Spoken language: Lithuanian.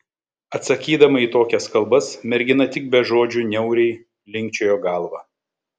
atsakydama į tokias kalbas mergina tik be žodžių niauriai linkčiojo galvą